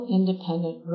Independent